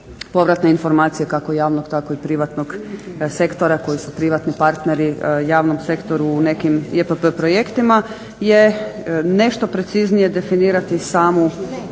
povratne informacije kako javnog, tako i privatnog sektora kojeg su privatni partneri u javnom sektoru u nekim jpp projektima je nešto preciznije definirati sam